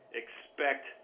expect